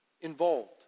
involved